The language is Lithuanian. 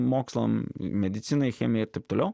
mokslam medicinai chemijai ir taip toliau